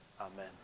Amen